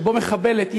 שבו מחבלת,